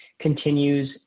continues